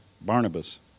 Barnabas